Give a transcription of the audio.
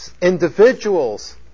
individuals